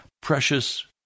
precious